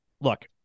look